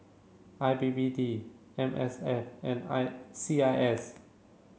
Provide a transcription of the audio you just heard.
I P P T M S F and I C I S